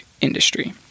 industry